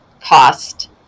cost